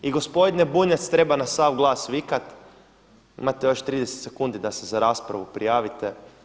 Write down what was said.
I gospodine Bunjac, treba na sav glas vikati, imate još 30 sekundi da se za raspravu prijavite.